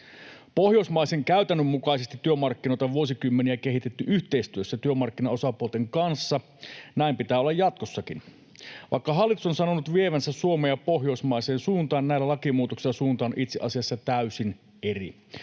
Pohjoismaisen käytännön mukaisesti työmarkkinoita on vuosikymmeniä kehitetty yhteistyössä työmarkkinaosapuolten kanssa. Näin pitää olla jatkossakin. Vaikka hallitus on sanonut vievänsä Suomea pohjoismaiseen suuntaan, näillä lakimuutoksilla suunta on itse asiassa täysin eri.